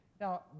Now